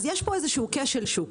אז יש פה איזשהו כשל שוק.